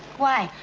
why,